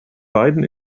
beiden